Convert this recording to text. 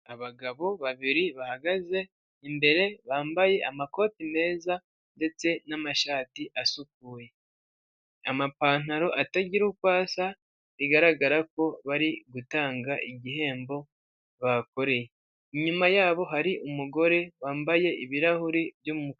Abagabo babiri bahagaze imbere bambaye amakoti meza ndetse n'amashati asukuye, amapantaro atagira uko asa bigaragara ko bari gutanga igihembo bakoreye, inyuma yabo hari umugore wambaye ibirahuri byu umukara.